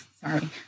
sorry